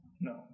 No